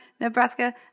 Nebraska